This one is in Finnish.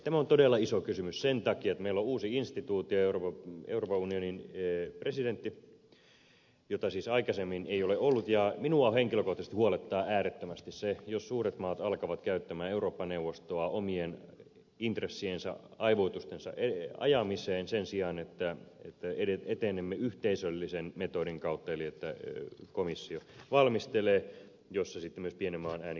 tämä on todella iso kysymys sen takia että meillä on uusi instituutio euroopan unionin presidentti jota siis aikaisemmin ei ole ollut ja minua henkilökohtaisesti huolettaa äärettömästi se jos suuret maat alkavat käyttää eurooppa neuvostoa omien intressiensä aivoitustensa ajamiseen sen sijaan että etenemme yhteisöllisen metodin kautta eli että komissio valmistelee jolloin myös sitten pienen maan ääni kuuluu parhaiten